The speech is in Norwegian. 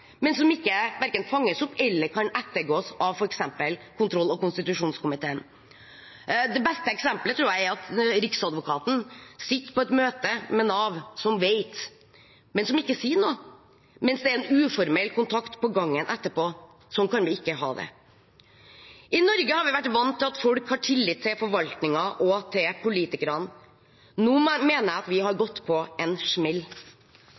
men som ikke verken fanges opp eller kan ettergås av f.eks. kontroll- og konstitusjonskomiteen. Det beste eksempelet tror jeg er at Riksadvokaten sitter på et møte med Nav, som vet, men som ikke sier noe, mens det er en uformell kontakt på gangen etterpå. Sånn kan vi ikke ha det. I Norge har vi vært vant til at folk har tillit til forvaltningen og til politikerne. Nå mener jeg at vi har